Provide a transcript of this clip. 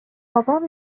بابام